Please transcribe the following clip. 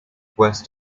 west